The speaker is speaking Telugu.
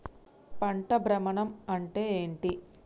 పంట భ్రమణం అంటే ఏంటి?